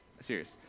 Serious